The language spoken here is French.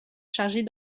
chargés